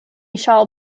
shall